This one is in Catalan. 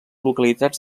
localitats